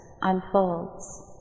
unfolds